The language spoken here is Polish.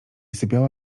sypiała